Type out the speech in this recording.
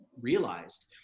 realized